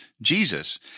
Jesus